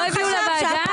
שלא הביאו לוועדה?